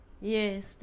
yes